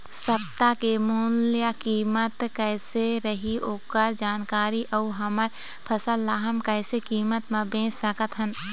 सप्ता के मूल्य कीमत कैसे रही ओकर जानकारी अऊ हमर फसल ला हम कैसे कीमत मा बेच सकत हन?